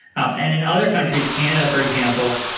um and in other countries, canada for example,